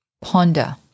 Ponder